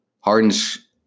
Harden's